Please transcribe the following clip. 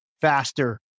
faster